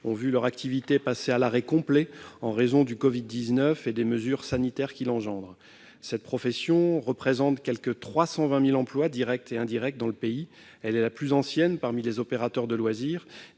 ont vu leur activité complètement arrêtée en raison du Covid-19 et des mesures sanitaires qu'il a entraînées. Cette profession représente quelque 320 000 emplois directs et indirects dans le pays. Elle est la plus ancienne parmi les opérateurs de loisirs,